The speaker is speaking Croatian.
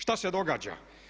Šta se događa?